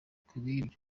kubw’ibyo